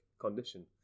condition